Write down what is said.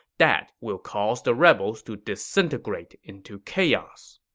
that will cause the rebels to disintegrate into chaos.